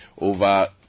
over